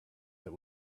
that